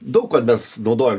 daug kad mes naudojam